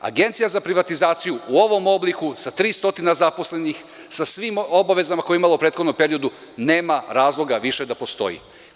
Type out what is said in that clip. Agencija za privatizaciju u ovom obliku sa 300 zaposlenih, sa svim obavezama koje je imala u prethodnom periodu nema razloga više da postoji.